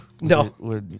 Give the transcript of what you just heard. No